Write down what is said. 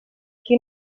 qui